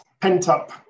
pent-up